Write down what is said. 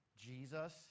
Jesus